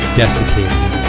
desiccated